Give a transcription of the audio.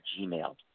Gmail